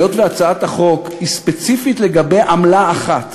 היות שהצעת החוק היא ספציפית לגבי עמלה אחת,